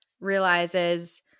realizes